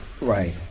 Right